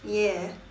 yes